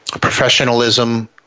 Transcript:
professionalism